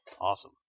Awesome